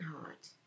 heart